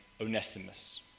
Onesimus